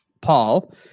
Paul